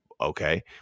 Okay